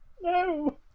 No